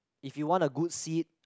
if you want a good seat